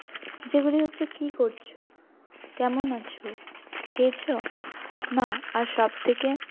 যেগুলি হচ্ছে কী করছ কেমন আছ খেয়েছ না আর সবথেকে